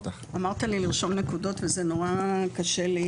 אמרת לי לרשום נקודות וזה נורא קשה לי.